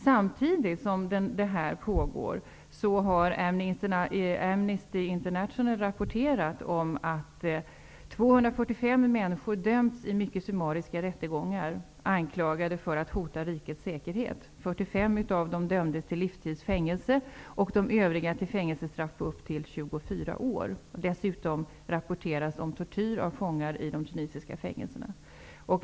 Samtidigt som det här pågår har Amnesty International rapporterat om att 245 människor dömts i mycket summariska rättegångar, anklagade för att hota rikets säkerhet. Av dem har 45 dömts till livstids fängelse och de övriga till fängelsestraff på upp till 24 år. Dessutom rapporteras om tortyr av fångar i de tunisiska fängelserna.